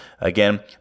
Again